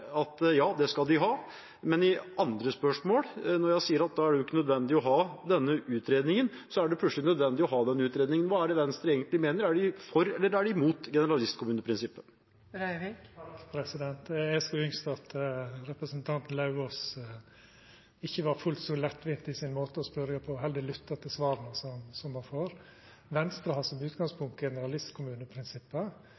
at ja, det skal de ha, men etter det andre spørsmålet, da jeg sa at da er det ikke nødvendig å ha denne utredningen, var det plutselig nødvendig å ha denne utredningen. Hva er det Venstre egentlig mener – er de for eller mot generalistkommuneprinsippet? Eg skulle ynskt at representanten Lauvås ikkje var fullt så lettvint i måten sin å spørja på, men heller lytta til svara han får. Venstre har som utgangspunkt generalistkommuneprinsippet. Når me har